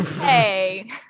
Hey